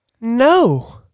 No